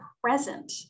present